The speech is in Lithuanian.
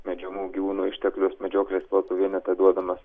medžiojamų gyvūnų išteklius medžioklės plotų vienete duodamas